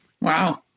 Wow